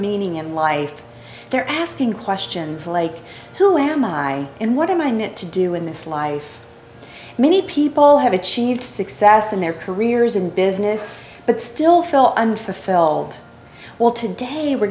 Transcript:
meaning in life they're asking questions like who am i and what am i meant to do in this life many people have achieved success in their careers in business but still feel unfulfilled well